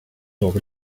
over